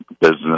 business